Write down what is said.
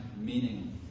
meaning